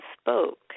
spoke